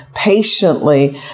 patiently